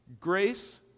grace